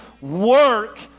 work